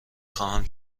خواهم